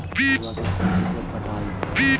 आलुआ के कोचि से पटाइए?